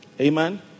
Amen